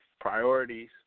priorities